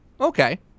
okay